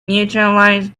neutralize